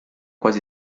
quasi